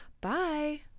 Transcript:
Bye